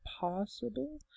possible